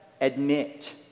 admit